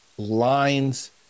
Lines